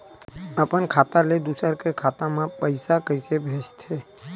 अपन खाता ले दुसर के खाता मा पईसा कइसे भेजथे?